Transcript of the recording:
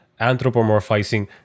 anthropomorphizing